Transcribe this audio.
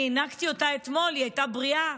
אני הנקתי אותה אתמול, היא הייתה בריאה,